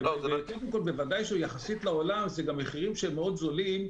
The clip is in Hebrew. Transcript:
וגם יחסית לעולם אלה מחירים מאוד זולים.